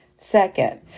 second